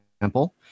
example